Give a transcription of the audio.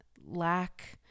lack